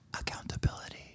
Accountability